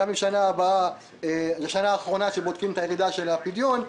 שהיא השנה האחרונה שבודקים את הירידה של הפדיון,